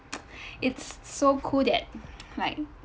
it's so cool that like